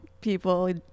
people